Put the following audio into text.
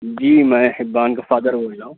جی میں حبان کا فادر بول رہا ہوں